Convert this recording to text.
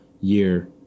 year